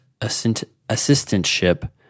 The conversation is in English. assistantship